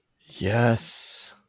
Yes